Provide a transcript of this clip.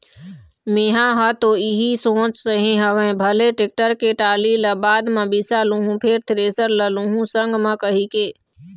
मेंहा ह तो इही सोचे रेहे हँव भले टेक्टर के टाली ल बाद म बिसा लुहूँ फेर थेरेसर ल लुहू संग म कहिके